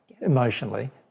emotionally